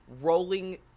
rolling